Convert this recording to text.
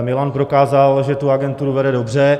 Milan prokázal, že tu agenturu vede dobře.